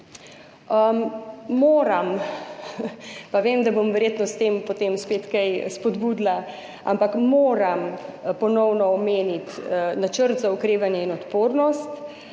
proračuni. Vem, da bom verjetno s tem potem spet kaj spodbudila, ampak moram ponovno omeniti Načrt za okrevanje in odpornost.